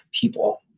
people